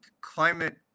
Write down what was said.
climate